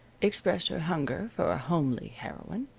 expressed her hunger for a homely heroine,